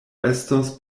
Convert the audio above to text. estos